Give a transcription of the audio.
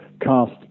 cast